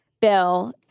bill